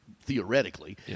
theoretically